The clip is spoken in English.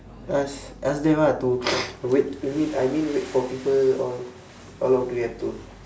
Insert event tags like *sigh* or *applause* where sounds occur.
ask ask them ah to *noise* to wait you mean I mean wait for people or how long do you have to